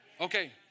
Okay